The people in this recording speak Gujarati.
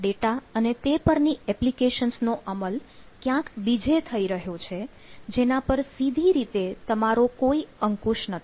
ડેટા અને તે પરની એપ્લિકેશન્સનો અમલ ક્યાંક બીજે થઈ રહ્યો છે જેના પર સીધી રીતે તમારો કોઈ અંકુશ નથી